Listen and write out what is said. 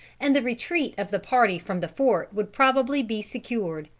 and the retreat of the party from the fort would probably be secured.